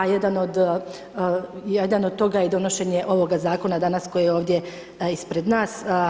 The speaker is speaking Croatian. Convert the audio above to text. A jedan od toga je donošenje ovoga zakona, danas, koji je ovdje ispred nas.